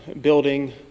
building